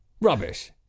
Rubbish